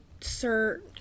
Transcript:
Sir